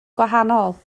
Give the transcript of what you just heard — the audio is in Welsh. gwahanol